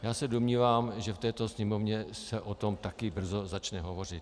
Já se domnívám, že v této Sněmovně se o tom také brzo začne hovořit.